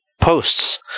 Posts